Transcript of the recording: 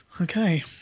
Okay